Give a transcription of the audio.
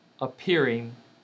appearing